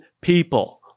people